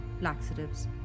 laxatives